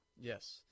Yes